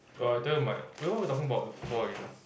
oh I told you mine wait what were we talking about before again ah